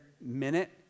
minute